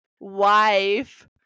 Wife